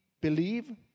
believe